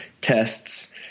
tests